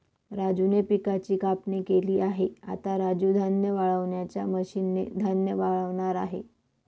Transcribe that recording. राजूने पिकाची कापणी केली आहे, आता राजू धान्य वाळवणाच्या मशीन ने धान्य वाळवणार आहे